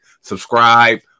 subscribe